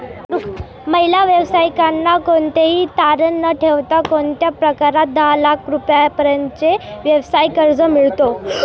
महिला व्यावसायिकांना कोणतेही तारण न ठेवता कोणत्या प्रकारात दहा लाख रुपयांपर्यंतचे व्यवसाय कर्ज मिळतो?